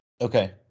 Okay